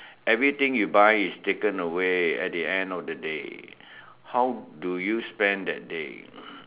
everything you buy is taken away at the end of the day how do you spend that day